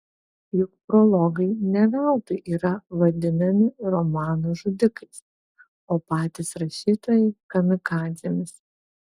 juk prologai ne veltui yra vadinami romanų žudikais o patys rašytojai kamikadzėmis